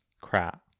crap